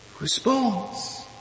response